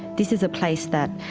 this is a place that,